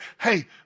hey